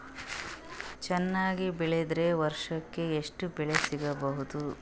ಚೆನ್ನಾಗಿ ಬೆಳೆದ್ರೆ ವರ್ಷಕ ಎಷ್ಟು ಬೆಳೆ ಸಿಗಬಹುದು?